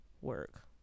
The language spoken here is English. work